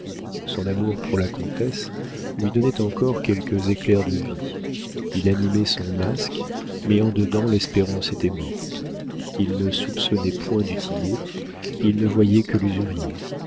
son amour pour la comtesse lui donnait encore quelques éclairs de vie il animait son masque mais en dedans l'espérance était morte il ne soupçonnait point du tillet il ne voyait que l'usurier